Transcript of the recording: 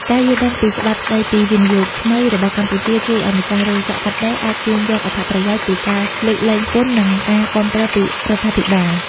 ការយល់ដឹងពីច្បាប់ស្ដីពីវិនិយោគថ្មីរបស់កម្ពុជា ជួយឱ្យម្ចាស់រោងចក្រកាត់ដេរអាចទាញយកអត្ថប្រយោជន៍ពីការលើកលែងពន្ធ និងការគាំទ្រពីរដ្ឋាភិបាល។